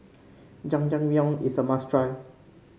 Jajangmyeon is a must try